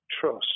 trust